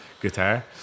guitar